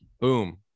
Boom